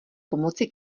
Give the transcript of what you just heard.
pomoci